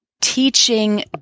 teaching